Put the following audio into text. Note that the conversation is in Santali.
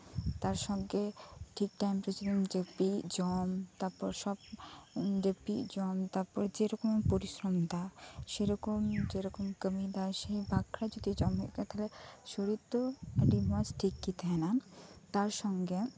ᱛᱟᱨᱥᱚᱝᱜᱮ ᱡᱩᱫᱤ ᱴᱷᱤᱠ ᱴᱟᱭᱤᱢ ᱨᱮ ᱡᱟᱹᱯᱤᱫ ᱡᱚᱢ ᱛᱟᱨᱯᱚᱨ ᱥᱚᱵ ᱡᱟᱹᱯᱤᱫ ᱡᱚᱢ ᱡᱮ ᱨᱚᱠᱚᱢᱮᱢ ᱯᱚᱨᱤᱥᱨᱚᱢ ᱫᱟ ᱥᱮᱨᱚᱠᱚᱢ ᱡᱮ ᱨᱚᱠᱚᱢ ᱠᱟᱹᱢᱤᱭ ᱫᱟ ᱥᱮᱭᱨᱚᱠᱚᱢ ᱡᱩᱫᱤ ᱡᱚᱢᱮᱫ ᱠᱷᱟᱱ ᱫᱚ ᱥᱚᱨᱤᱨ ᱫᱚ ᱟᱹᱰᱤ ᱢᱚᱸᱡ ᱜᱮ ᱛᱟᱦᱮᱸᱱᱟ ᱛᱟᱨ ᱥᱚᱝᱜᱮ